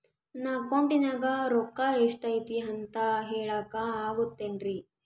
ನನ್ನ ಅಕೌಂಟಿನ್ಯಾಗ ರೊಕ್ಕ ಎಷ್ಟು ಐತಿ ಅಂತ ಹೇಳಕ ಆಗುತ್ತೆನ್ರಿ?